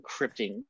encrypting